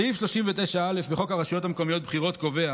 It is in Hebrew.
סעיף 39 לחוק הרשויות המקומיות (בחירות) קובע